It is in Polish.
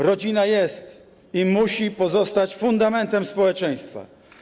Rodzina jest i musi pozostać fundamentem społeczeństwa.